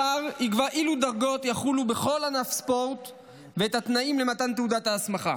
השר יקבע אילו דרגות יחולו בכל ענף ספורט ואת התנאים למתן תעודת ההסמכה.